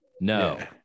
no